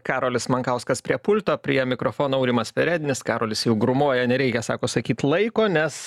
karolis mankauskas prie pulto prie mikrofono aurimas perednis karolis jau grūmoja nereikia sako sakyt laiko nes